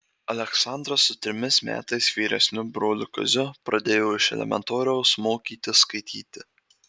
aleksandras su trimis metais vyresniu broliu kaziu pradėjo iš elementoriaus mokytis skaityti